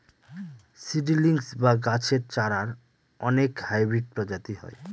seedlings বা গাছের চারার অনেক হাইব্রিড প্রজাতি হয়